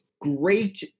great